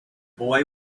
boy